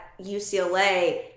UCLA